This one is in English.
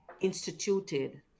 instituted